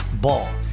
Ball